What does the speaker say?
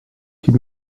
gib